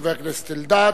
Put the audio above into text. חבר הכנסת אלדד,